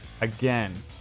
again